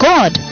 God